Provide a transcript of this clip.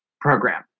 Program